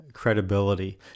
Credibility